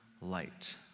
light